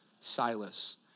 Silas